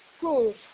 Cool